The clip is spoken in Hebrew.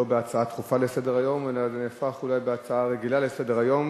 לא בהצעה דחופה לסדר-היום אלא זה נהפך אולי להצעה רגילה לסדר-היום,